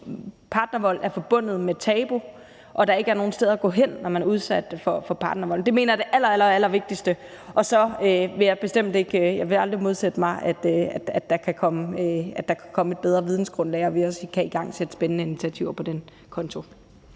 at partnervold er forbundet med tabu, og at der ikke er nogen steder at gå hen, når man er udsat for partnervold. Det mener jeg er det allervigtigste, og så vil jeg aldrig modsætte mig, at der kan komme et bedre vidensgrundlag, og at vi også kan igangsætte spændende initiativer på den konto.